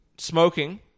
Smoking